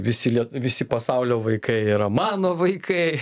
visi visi pasaulio vaikai yra mano vaikai